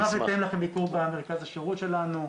נשמח לתאם לכם ביקור במרכז השירות שלנו,